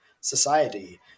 society